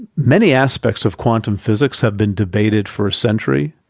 many aspects of quantum physics have been debated for a century,